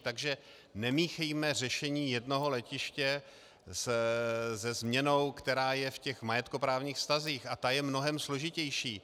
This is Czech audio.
Takže nemíchejme řešení jednoho letiště se změnou, která je v majetkoprávních vztazích, a ta je mnohem složitější.